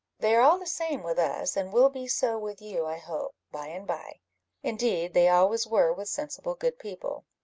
they are all the same with us, and will be so with you, i hope, by and by indeed they always were with sensible good people.